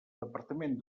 departament